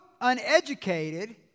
uneducated